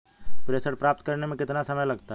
प्रेषण प्राप्त करने में कितना समय लगता है?